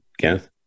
Kenneth